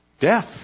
Death